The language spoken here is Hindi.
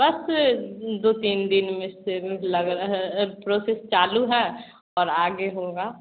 बस दो तीन दिन में सेट लग रहा है प्रोसेस चालू है और आगे होगा